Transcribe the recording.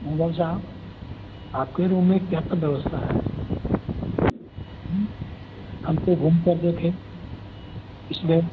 हाँ भाई साहब आपके रूम में कैसे व्यवस्था है हम तो घूमकर देखे कि इसमें